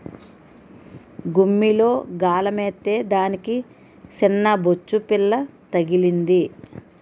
గుమ్మిలో గాలమేత్తే దానికి సిన్నబొచ్చుపిల్ల తగిలింది